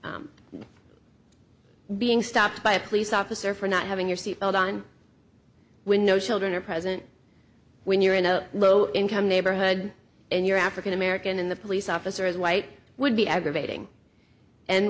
being stopped by a police officer for not having your seatbelt on when no children are present when you're in a low income neighborhood and you're african american in the police officer as white would be aggravating and